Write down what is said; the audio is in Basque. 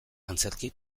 antzerki